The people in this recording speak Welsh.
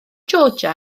georgia